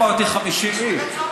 לא אמרתי 50 איש,